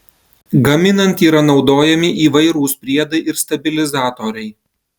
gaminant yra naudojami įvairūs priedai ir stabilizatoriai